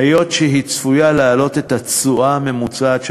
היות שהיא צפויה להעלות את התשואה הממוצעת של